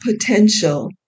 potential